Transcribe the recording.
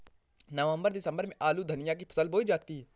नवम्बर दिसम्बर में आलू धनिया की फसल बोई जाती है?